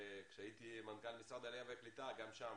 כשהייתי מנכ"ל משרד העלייה והקליטה גם שם